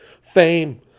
Fame